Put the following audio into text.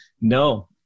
no